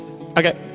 Okay